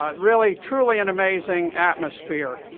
ah really truly an amazing atmosphere.